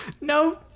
No